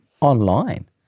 online